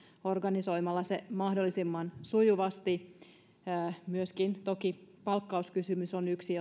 organisoimalla se mahdollisimman sujuvasti toki myöskin palkkauskysymys on yksi